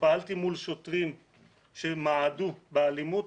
פעלתי מול שוטרים שמעדו באלימות,